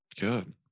Good